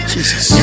Jesus